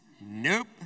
Nope